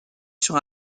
sur